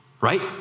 Right